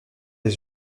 des